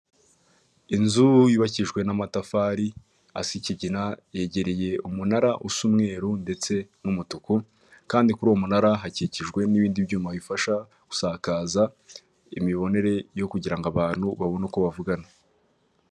Inzu yubakishijwe n'amatafari asa ikigina, yegereye umunara usa umweru ndetse n'umutuku, kandi kuri uwo munara hakikijwe n'ibindi byuma bifasha gusakaza imibonere yo kugira ngo abantu, babone uko bavugana.